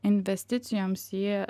investicijoms į